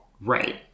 Right